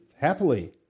happily